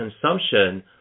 consumption